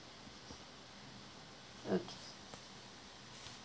okay